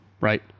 right